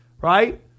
right